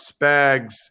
spags